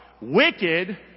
Wicked